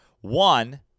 One